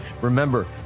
Remember